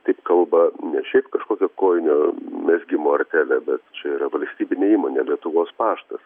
taip kalba ne šiaip kažkokia kojinių mezgimo artelė bet čia yra valstybinė įmonė lietuvos paštas